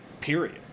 Period